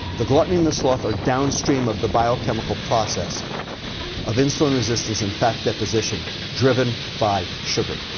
the gluttony and the sloth are downstream of the biochemical process of insulin resistance and fat deposition driven by sugar.